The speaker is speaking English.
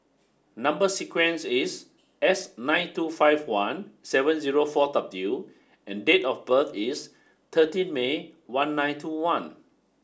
number sequence is S nine two five one seven zero four W and date of birth is thirteen May one nine two one